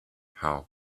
how